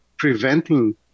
preventing